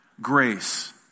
Grace